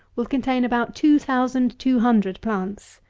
will contain about two thousand two hundred plants.